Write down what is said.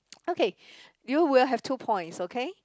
okay you will have two points okay